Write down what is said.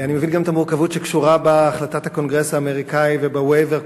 אני גם מבין את המורכבות שקשורה להחלטת הקונגרס האמריקני ול-waiver,